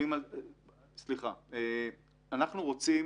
אנחנו רוצים